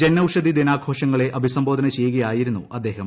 ജൻ ഔഷധി ദിനാഘോഷങ്ങളെ അഭിസംബോധന ചെയ്യുകയായിരുന്നു അദ്ദേഹം